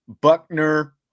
buckner